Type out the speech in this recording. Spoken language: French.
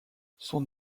son